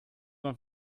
man